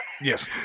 Yes